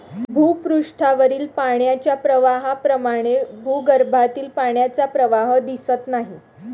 भूपृष्ठावरील पाण्याच्या प्रवाहाप्रमाणे भूगर्भातील पाण्याचा प्रवाह दिसत नाही